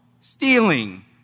stealing